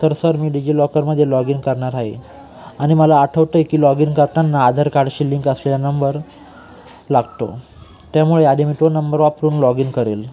तर सर मी डिजिलॉकरमध्ये लॉग इन करणार आहे आणि मला आठवतं आहे की लॉग इन करताना आधार कार्डशी लिंक असलेल्या नंबर लागतो त्यामुळे आधी मी तो नंबर वापरून लॉग इन करेल